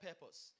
purpose